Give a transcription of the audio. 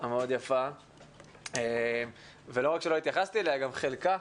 המאוד יפה, ולא רק שלא התייחסתי אליה, גם חלקה,